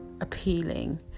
appealing